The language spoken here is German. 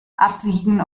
abwiegen